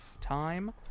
time